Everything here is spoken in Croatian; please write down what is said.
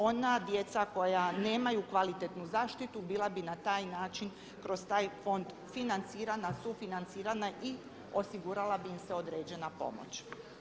Ona djeca koja nemaju kvalitetnu zaštitu bila bi na taj način kroz taj fond financirana, sufinancirana i osigurala bi im se određena pomoć.